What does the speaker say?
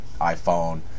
iphone